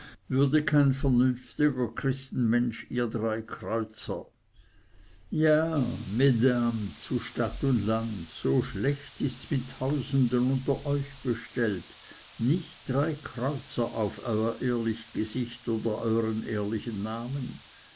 würde kein vernünftiger christenmensch ihr drei kreuzer ja mesdames zu stadt und land so schlecht ists mit tausenden unter euch bestellt nicht drei kreuzer auf euer ehrlich gesicht oder euern ehrlichen namen